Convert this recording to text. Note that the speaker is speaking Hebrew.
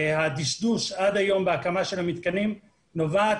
הדשדוש בהקמת המתקנים עד היום נובע,